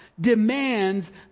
demands